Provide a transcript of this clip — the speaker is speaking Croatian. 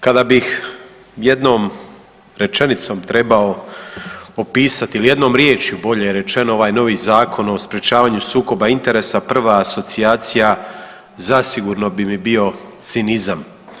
Kada bih jednom rečenicom trebao opisati ili jednom riječju bolje rečeno ovaj novi Zakon o sprječavanju sukoba interesa prva asocijacija zasigurno bi mi bio cinizam.